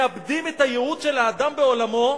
מאבדים את הייעוד של האדם בעולמו,